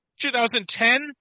2010